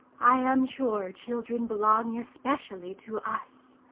i am sure children belong especially to us.